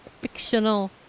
fictional